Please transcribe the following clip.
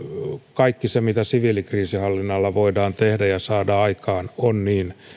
kaikki se mitä siviilikriisinhallinnalla voidaan tehdä ja saada aikaan on niin